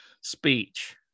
speech